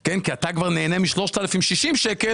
כי אתה כבר נהנה מ-3,060 שקלים.